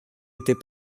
étais